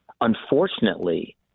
unfortunately